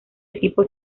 equipo